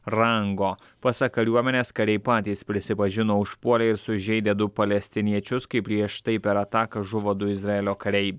rango pasak kariuomenės kariai patys prisipažino užpuolę ir sužeidę du palestiniečius kaip prieš tai per ataką žuvo du izraelio kariai